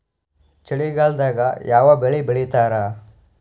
ಚಳಿಗಾಲದಾಗ್ ಯಾವ್ ಬೆಳಿ ಬೆಳಿತಾರ?